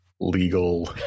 legal